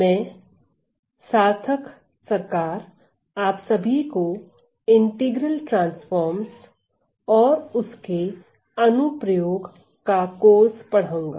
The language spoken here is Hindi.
मैं सार्थक सरकार आप सभी को इंटीग्रल ट्रांसफॉर्म्स और उसके अनुप्रयोग का कोर्स पढ़ाऊंगा